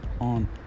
on